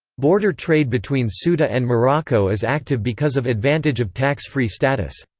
border trade between so ceuta and morocco is active because of advantage of tax-free status.